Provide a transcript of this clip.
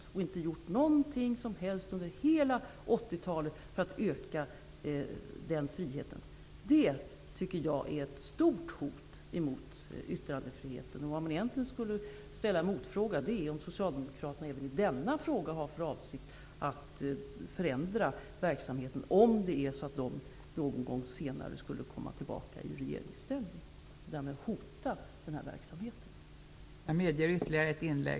De har inte gjort någonting alls under hela 80-talet för att öka den friheten. Det tycker jag är ett stort hot mot yttrandefriheten. Egentligen skulle jag ställa en motfråga: Har Socialdemokraterna även i denna fråga för avsikt att förändra verksamheten -- och därmed hota den -- om de någon gång senare skulle komma tillbaka i regeringsställning?